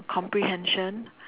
comprehension